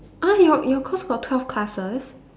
!huh! your your course got twelve classes